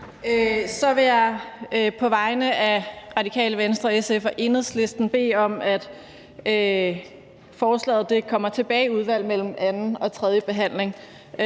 Så vil jeg på vegne af Radikale Venstre, SF og Enhedslisten bede om, at forslaget kommer tilbage i udvalget mellem anden og tredje behandling,